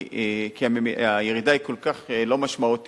כי הירידה היא כל כך לא משמעותית,